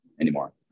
anymore